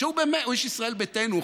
הוא איש ישראל ביתנו,